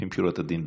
לפנים משורת הדין.